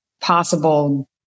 possible